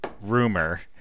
rumor